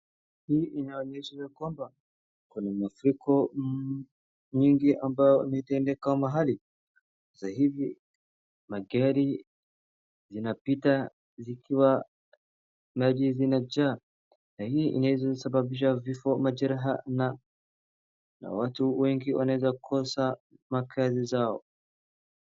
Hii inaonyesha ya kwamba kuna mafurikl nyingi ambayo imetendeka mahali. Magari zinapita zikiwa maji zimejaa na hii inaweza sabibisha vifo, majeraha na watu wengi wanaweza kosa makazi zao.